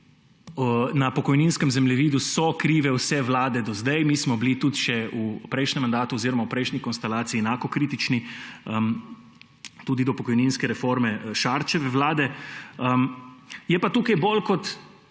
na pokojninskem zemljevidu so krive vse vlade do zdaj, mi smo bili tudi še v prejšnjem mandatu oziroma v prejšnji konstelaciji enako kritični tudi do pokojninske reforme Šarčeve vlade. Tukaj bolj kot